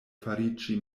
fariĝi